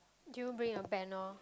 do you bring a panel